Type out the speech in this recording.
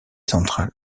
central